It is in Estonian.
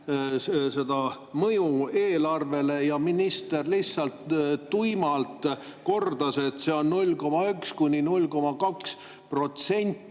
ja mõju kohta eelarvele ja minister lihtsalt tuimalt kordas, et see on 0,1–0,2%,